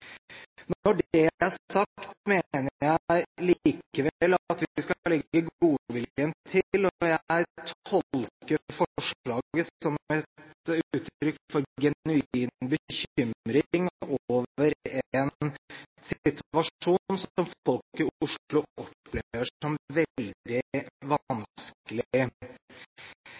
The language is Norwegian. Når det er sagt, mener jeg likevel at vi skal legge godviljen til, og jeg tolker forslaget som et uttrykk for genuin bekymring over en situasjon som folk i Oslo opplever som veldig